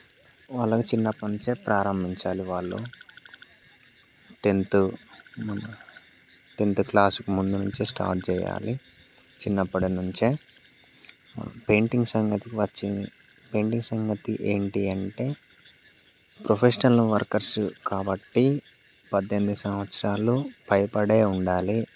వాళ్ళకి చిన్నప్పటి నుంచే ప్రారంభించాలి వాళ్ళు టెన్త్ ముందు టెన్త్ క్లాస్ ముందు నుంచి స్టార్ట్ చేయాలి చిన్నప్పటి నుంచే పెయింటింగ్స్ సంగతి వచ్చి పెయింటింగ్స్ సంగతి ఏంటి అంటే ప్రొఫెషనల్ వర్కర్స్ కాబట్టి పద్దెనిమిది సంవత్సరాలు పైబడే ఉండాలి